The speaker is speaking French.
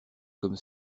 comme